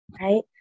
Right